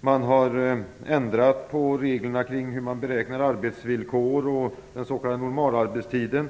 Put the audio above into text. Man har ändrat på reglerna kring hur man beräknar den s.k. normalarbetstiden.